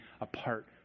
apart